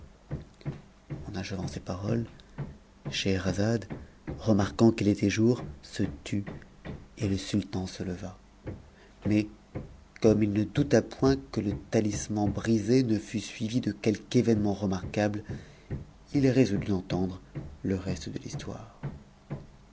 en achevant ces paroles scheherazade remarquant qu'il était jour se tut et le sultan se leva mais comme il ne douta point que le talisman brisé ne fût suivi de quelque événement remarquable il résolut d'entendre le reste de l'histoire